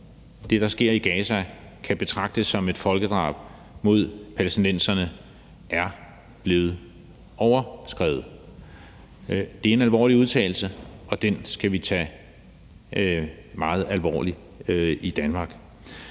det, der sker i Gaza, kan betragtes som et folkedrab mod palæstinenserne, er blevet overskredet. Det er en alvorlig udtalelse, og den skal vi tage meget alvorligt i Danmark.